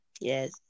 Yes